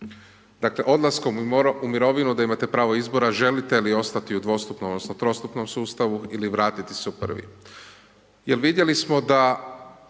Dakle, odlaskom u mirovinu da imate pravo izbora, želite li ostati u dvostupnom odnosno trostupnom sustavu, ili vratiti se u prvi.